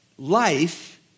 Life